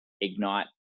ignite